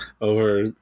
over